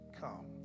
come